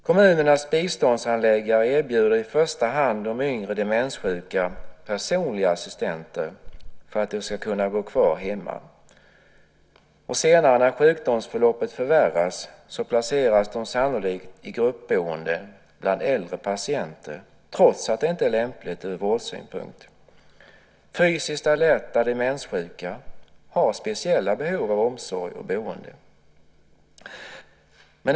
Kommunernas biståndshandläggare erbjuder i första hand de yngre demenssjuka personliga assistenter för att de ska kunna bo kvar hemma. Senare när sjukdomsförloppet förvärras placeras de sannolikt i gruppboende bland äldre patienter, trots att det inte är lämpligt ur vårdsynpunkt. Fysiskt alerta demenssjuka har speciella behov av omsorg och boende.